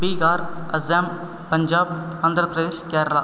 Bihar Assam Punjab Andhra Pradesh Kerala